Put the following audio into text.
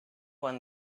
won